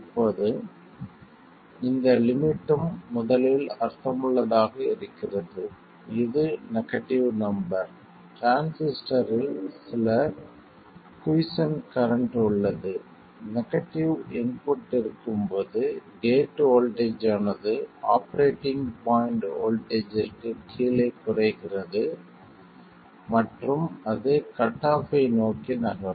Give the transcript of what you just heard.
இப்போது இந்த லிமிட்டும் முதலில் அர்த்தமுள்ளதாக இருக்கிறது இது நெகடிவ் நம்பர் டிரான்சிஸ்டரில் சில குய்ஸ்சென்ட் கரண்ட் உள்ளது நெகடிவ் இன்புட் இருக்கும் போது கேட் வோல்ட்டேஜ் ஆனது ஆபரேட்டிங் பாயிண்ட் வோல்ட்டேஜ்ற்கு கீழே குறைகிறது மற்றும் அது கட் ஆஃப் ஐ நோக்கி நகரும்